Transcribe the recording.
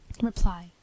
REPLY